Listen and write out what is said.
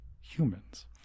humans